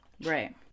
right